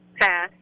Pass